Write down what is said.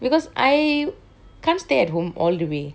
because I can't stay at home all the way